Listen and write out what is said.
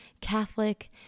Catholic